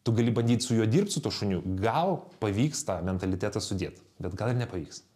tu gali bandyt su juo dirbt su tuo šuniu gal pavyks tą mentalitetą sudėt bet gal ir nepavyks